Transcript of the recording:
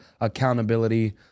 accountability